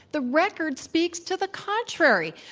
the record speaks to the contrary.